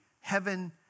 heaven